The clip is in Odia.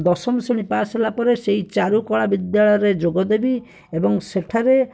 ଦଶମ ଶ୍ରେଣୀ ପାସ୍ ହେଲାପରେ ସେହି ଚାରୁକଳା ବିଦ୍ୟାଳୟରେ ଯୋଗ ଦେବି ଏବଂ ସେଠାରେ